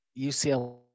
UCLA